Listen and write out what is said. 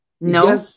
No